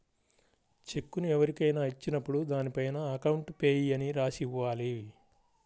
చెక్కును ఎవరికైనా ఇచ్చినప్పుడు దానిపైన అకౌంట్ పేయీ అని రాసి ఇవ్వాలి